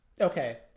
Okay